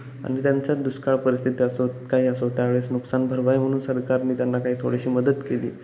आणि त्यांच्यात दुष्काळ परिस्थिती असोत काही असो त्यावेळेस नुकसान भरवावं म्हणून सरकारने त्यांना काही थोडीशी मदत केली